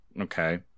Okay